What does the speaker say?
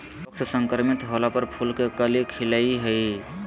रोग से संक्रमित होला पर फूल के कली खिलई हई